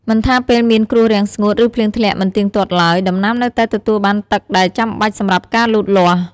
មិនថាពេលមានគ្រោះរាំងស្ងួត ឬភ្លៀងធ្លាក់មិនទៀងទាត់ឡើយ ដំណាំនៅតែទទួលបានទឹកដែលចាំបាច់សម្រាប់ការលូតលាស់។